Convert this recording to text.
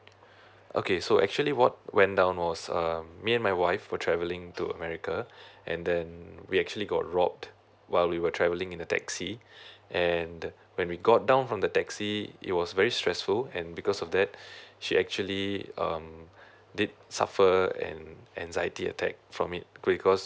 okay so actually what went down was um me and my wife were traveling to america and then we actually got robbed while we were traveling in the taxi and when we got down from the taxi it was very stressful and because of that she actually um did suffer an anxiety attack from it because